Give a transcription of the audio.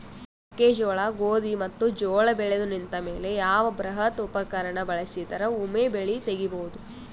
ಮೆಕ್ಕೆಜೋಳ, ಗೋಧಿ ಮತ್ತು ಜೋಳ ಬೆಳೆದು ನಿಂತ ಮೇಲೆ ಯಾವ ಬೃಹತ್ ಉಪಕರಣ ಬಳಸಿದರ ವೊಮೆ ಬೆಳಿ ತಗಿಬಹುದು?